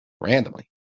randomly